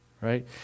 right